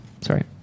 Sorry